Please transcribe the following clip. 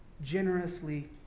generously